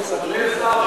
חנין?